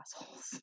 assholes